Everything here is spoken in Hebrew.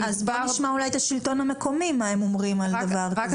אז בואו נשמע את השלטון המקומי מה הם אומרים על דבר כזה.